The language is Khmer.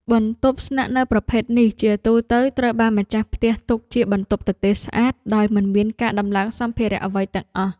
បន្ទប់ស្នាក់នៅប្រភេទនេះជាទូទៅត្រូវបានម្ចាស់ផ្ទះទុកជាបន្ទប់ទទេរស្អាតដោយមិនមានការដំឡើងសម្ភារៈអ្វីទាំងអស់។